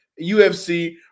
UFC